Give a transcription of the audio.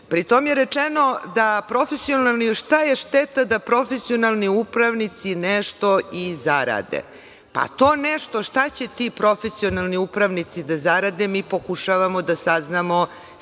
Pritom je rečeno – šta je šteta da profesionalni upravnici nešto i zarade? Pa, to nešto šta će ti profesionalni upravnici da zarade, mi pokušavamo da saznamo